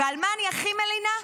ועל מה אני הכי מלינה?